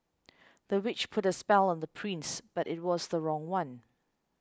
the witch put a spell on the prince but it was the wrong one